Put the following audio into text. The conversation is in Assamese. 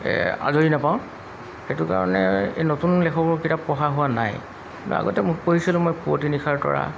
আজৰি নাপাওঁ সেইটো কাৰণে এই নতুন লেখকৰ কিতাপ পঢ়া হোৱা নাই কিন্তু আগতে মোক পঢ়িছিলোঁ মই পুৱতি নিশাৰ তৰা